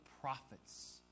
prophets